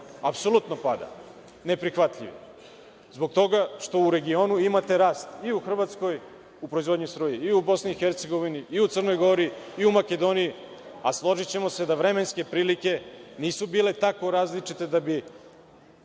apsolutno pada, neprihvatljivo. Zbog toga što u regionu imate rast i u Hrvatskoj u proizvodnji struje u i BiH i u Crnoj Gori i u Makedoniji, a složićemo se da vremenske prilike nisu bile tako različite da bi